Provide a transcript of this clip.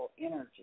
energy